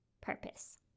purpose